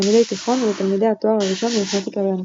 לתלמידי תיכון ולתלמידי התואר הראשון במתמטיקה והנדסה.